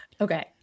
Okay